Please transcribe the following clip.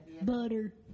Butter